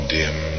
dim